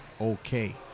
okay